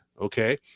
okay